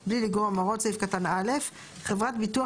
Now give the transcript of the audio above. (ב) בלי לגרוע מהוראות סעיף קטן (א) - (1) חברת ביטוח